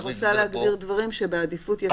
אני רוצה להגדיר דברים שבעדיפות ישאירו אותם פועלים.